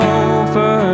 over